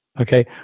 Okay